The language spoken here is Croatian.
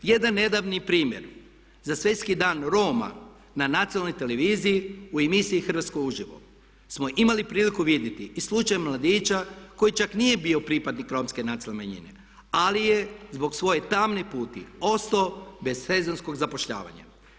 Jedan nedavni primjer za svjetski dan Roma, na nacionalnoj televiziji u emisiji Hrvatska uživo smo imali priliku vidjeti i slučaj mladića koji čak nije bio pripadnik Romske nacionalne manjine ali je zbog svoje tamne puti ostao bez sezonskog zapošljavanja.